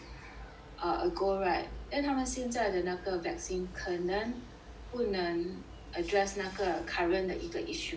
ah ago right then 他们现在的那个 vaccine 可能不能 address 那个 current 的一个 issue